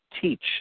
teach